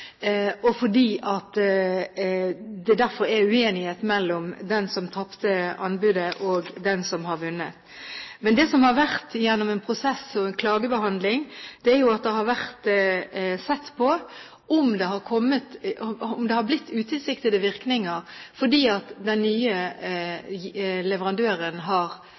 og derfor er en uenighet mellom den som tapte anbudet, og den som har vunnet. Det man har sett på gjennom prosessen og klagebehandlingen, er om det har blitt utilsiktede virkninger fordi den nye leverandøren har